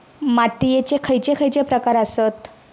मातीयेचे खैचे खैचे प्रकार आसत?